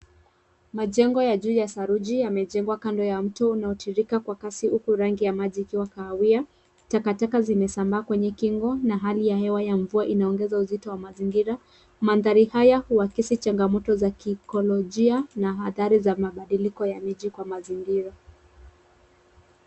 Majengo ya juu ya saruji yamejengwa kando ya mto unaotirirka kwa kasi huku rangi ya maji ikiwa kahawia. Takataka zimesambaa kwenye kingo na hali ya hewa ya mvua inaongeza uzito wa mazingira. Mandhari haya huakisi changamoto za kiekolojia na athari za mabadiliko ya miji kwa mazingira.